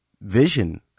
vision